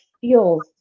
feels